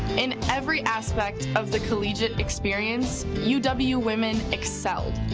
in every aspect of the collegiate experience, uw uw women excelled.